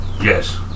yes